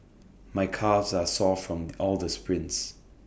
my calves are sore from all the sprints